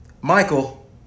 michael